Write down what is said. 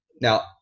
Now